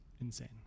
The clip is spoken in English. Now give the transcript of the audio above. insane